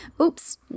Oops